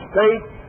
States